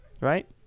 right